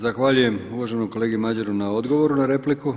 Zahvaljujem uvaženom kolegi Madjeru na odgovoru na repliku.